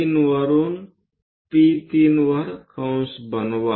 3 वरून P3 वर कंस बनवा